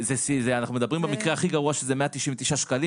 אנחנו מדברים במקרה הכי גרוע שזה 199 שקלים.